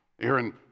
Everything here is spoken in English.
Aaron